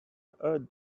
earth